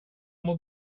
mår